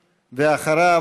ואחריו,